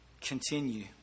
Continue